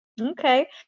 Okay